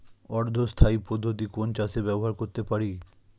অর্ধ স্থায়ী পদ্ধতি কোন চাষে ব্যবহার করতে পারি?